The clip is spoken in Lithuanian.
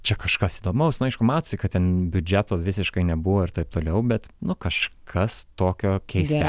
čia kažkas įdomaus nu aišku matosi kad ten biudžeto visiškai nebuvo ir taip toliau bet nu kažkas tokio keiste